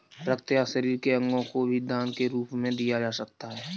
रक्त या शरीर के अंगों को भी दान के रूप में दिया जा सकता है